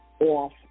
off